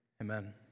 amen